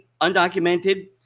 undocumented